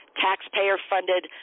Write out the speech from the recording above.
taxpayer-funded